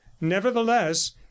nevertheless